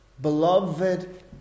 Beloved